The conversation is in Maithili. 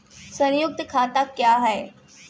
संयुक्त खाता क्या हैं?